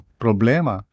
problema